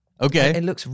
Okay